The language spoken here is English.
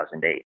2008